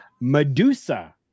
Medusa